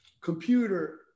computer